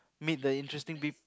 meet the interesting peep